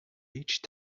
each